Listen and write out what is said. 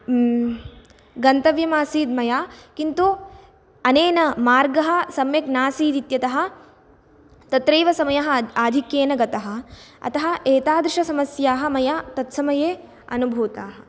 गन्तव्यम् आसीत् मया किन्तु अनेन मार्गः सम्यक् नासीत् इत्यतः तत्रैव समयः आधिक्येन गतः अतः एतादृशसमस्याः मया तत्समये अनुभूताः